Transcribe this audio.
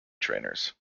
trainers